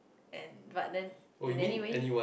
and but then in anyway